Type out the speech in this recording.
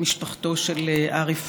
בפיגוע אתמול